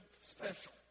special